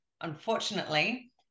unfortunately